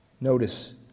notice